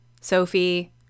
Sophie